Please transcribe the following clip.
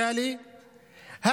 הממשלה הזאת ממשיכה